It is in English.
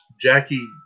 Jackie